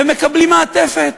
ומקבלים מעטפת